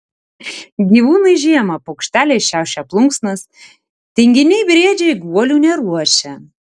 gyvūnai žiemą paukšteliai šiaušia plunksnas tinginiai briedžiai guolių neruošia